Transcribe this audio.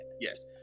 Yes